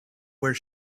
where